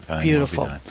beautiful